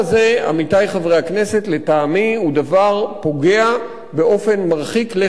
לטעמי הוא דבר פוגע באופן מרחיק לכת בחירויות הבסיסיות שלנו.